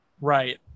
right